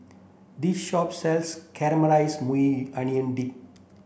this shop sells Caramelized Maui Onion Dip